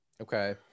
Okay